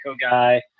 guy